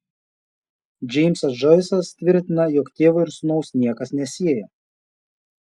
džeimsas džoisas tvirtina jog tėvo ir sūnaus niekas nesieja